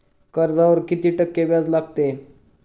कर्जावर किती टक्के व्याज लागते?